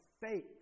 faith